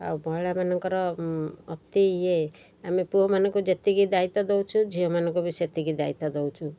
ଆଉ ମହିଳାମାନଙ୍କର ଅତି ଇଏ ଆମେ ପୁଅମାନଙ୍କୁ ଯେତିକି ଦାୟିତ୍ୱ ଦେଉଛୁ ଝିଅମାନଙ୍କୁ ବି ସେତିକି ଦାୟିତ୍ୱ ଦେଉଛୁ